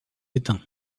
éteints